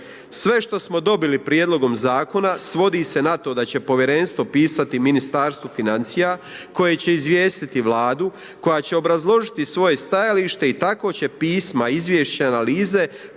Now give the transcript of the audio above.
Sve što smo dobili Prijedlogom zakona svodi se na to da će Povjerenstvo pisati Ministarstvu financija koje će izvijestiti Vladu, koja će obrazložiti svoje stajalište i tako će pisma, izvješća, analize